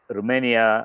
Romania